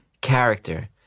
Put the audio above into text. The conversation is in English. character